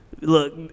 Look